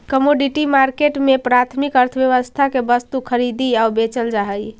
commodity market में प्राथमिक अर्थव्यवस्था के वस्तु खरीदी आऊ बेचल जा हइ